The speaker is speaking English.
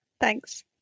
thanks